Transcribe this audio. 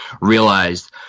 realized